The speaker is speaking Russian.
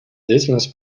деятельность